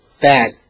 Bad